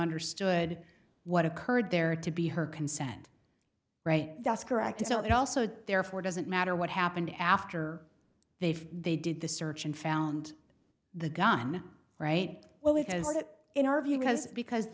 understood what occurred there to be her consent right that's correct so it also therefore doesn't matter what happened after they've they did the search and found the gun right well because that in our view because because